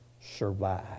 survive